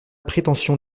prétention